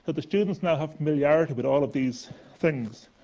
but the students now have familiarity with all of these things.